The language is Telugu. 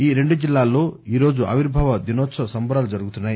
ఈ రెండు జిల్లాల్లో ఈరోజు ఆవిర్బావ దినోత్సవ సంబరాలు జరుగుతున్నాయి